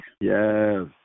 Yes